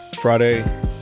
Friday